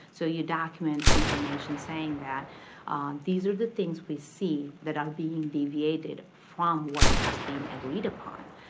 so you document information saying that these are the things we see that are being deviated from what has been agreed upon.